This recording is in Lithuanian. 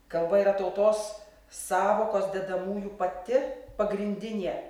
kalba yra tautos sąvokos dedamųjų pati pagrindinė